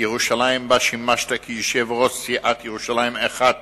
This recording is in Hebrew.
ירושלים שבה שימשת יושב-ראש סיעת ירושלים-אחת